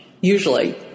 usually